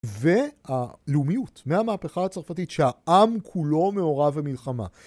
ו-הלאומיות מהמהפכה הצרפתית, שהעם כולו מעורב במלחמה.